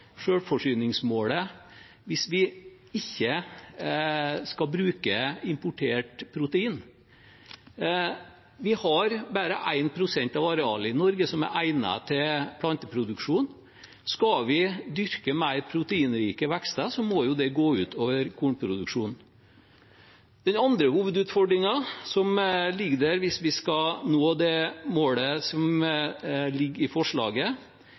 selvforsyningsmålet hvis vi ikke skal bruke importert protein. Det er bare 1 pst. av arealet i Norge som er egnet til planteproduksjon. Skal vi dyrke mer proteinrike vekster, må jo det gå ut over kornproduksjonen. Den andre hovedutfordringen som ligger der, hvis vi skal nå det målet som ligger i forslaget,